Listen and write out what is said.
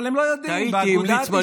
אבל הם לא יודעים אם באגודת ישראל,